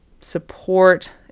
support